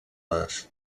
les